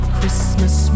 Christmas